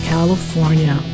California